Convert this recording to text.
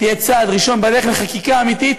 תהיה צעד ראשון בדרך לחקיקה אמיתית.